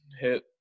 Hit